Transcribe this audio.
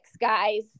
guys